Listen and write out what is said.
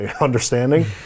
understanding